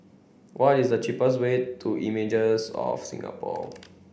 what is the cheapest way to Images of Singapore